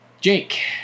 Jake